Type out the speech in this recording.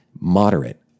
moderate